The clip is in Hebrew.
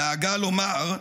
נהגה לומר: